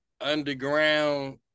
underground